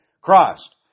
Christ